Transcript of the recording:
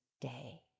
day